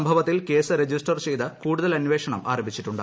സംഭവത്തിൽ case register ചെയ്ത് കൂടുതൽ അന്വേഷണം ആരംഭിച്ചിട്ടുണ്ട്